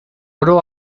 oro